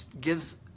gives